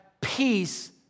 peace